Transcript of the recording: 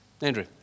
Andrew